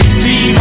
see